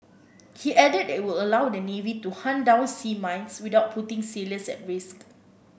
he added that it will allow the navy to hunt down sea mines without putting sailors at risk